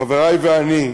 חברי ואני,